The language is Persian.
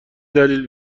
دلیل